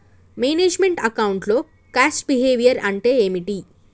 Manage meant account లో cost behaviour అంటే ఏమిటి?